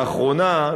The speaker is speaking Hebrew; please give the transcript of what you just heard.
לאחרונה,